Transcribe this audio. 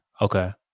Okay